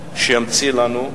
שימציא לנו,